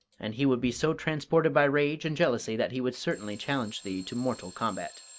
and he would be so transported by rage and jealousy that he would certainly challenge thee to mortal combat.